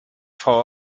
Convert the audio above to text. frau